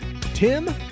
Tim